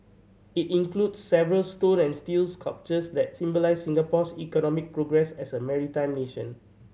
it includes several stone and steel sculptures that symbolise Singapore's economic progress as a maritime nation